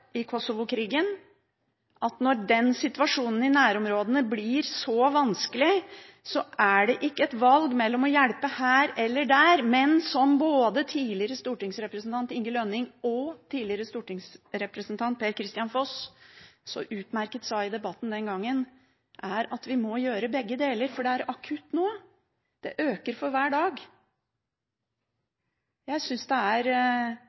at når situasjonen i nærområdene blir så vanskelig, er det ikke et valg mellom å hjelpe her eller der, men vi må gjøre begge deler, som både tidligere stortingsrepresentant Inge Lønning og tidligere stortingsrepresentant Per-Kristian Foss så utmerket sa i debatten den gangen. For det er akutt nå, og det blir verre for hver dag som går. Jeg synes det er